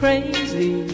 Crazy